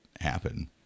happen